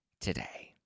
today